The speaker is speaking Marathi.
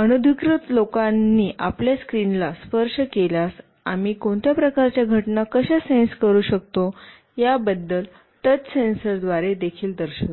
अनधिकृत लोकांनी आपल्या स्क्रीनला स्पर्श केल्यास आम्ही कोणत्या प्रकारच्या घटना कशा सेन्सकरु शकतो याबद्दल टच सेन्सरद्वारे देखील दर्शवितो